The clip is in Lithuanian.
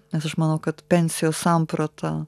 nes aš manau kad pensijos samprata